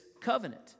covenant